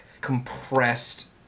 compressed